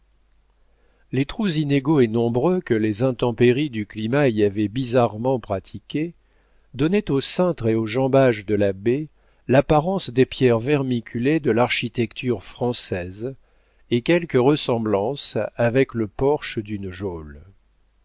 les trous inégaux et nombreux que les intempéries du climat y avaient bizarrement pratiqués donnaient au cintre et aux jambages de la baie l'apparence des pierres vermiculées de l'architecture française et quelque ressemblance avec le porche d'une geôle